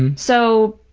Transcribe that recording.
and so,